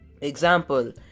Example